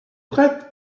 prête